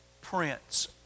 Prince